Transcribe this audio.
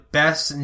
best